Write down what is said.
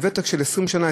עם ותק של 20 שנה,